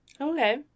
Okay